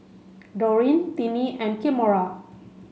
Dorene Tinnie and Kimora